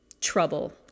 trouble